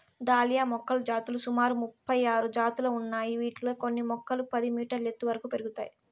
dahlia మొక్కల జాతులు సుమారు ముపై ఆరు జాతులు ఉన్నాయి, వీటిలో కొన్ని మొక్కలు పది మీటర్ల ఎత్తు వరకు పెరుగుతాయి